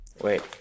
wait